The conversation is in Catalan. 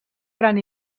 gran